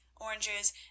oranges